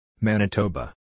Manitoba